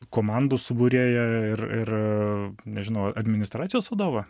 komandų suburėją ir ir nežinau administracijos vadovą